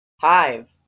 hive